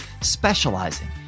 specializing